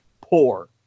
poor